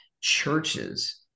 churches